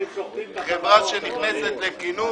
חברה שנכנסת לכינוס,